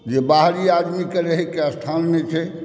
जे बाहरी आदमीकेॅं रहैक स्थान नहि छै